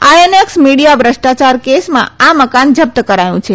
INX media ભ્રષ્ટાયાર કેસમાં આ મકાન જપ્ત કરાયું છે